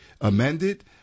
amended